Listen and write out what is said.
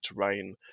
terrain